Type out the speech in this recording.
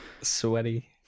Sweaty